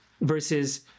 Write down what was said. versus